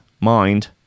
mind